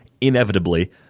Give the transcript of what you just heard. inevitably